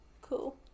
Cool